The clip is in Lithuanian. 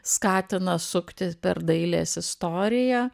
skatina suktis per dailės istoriją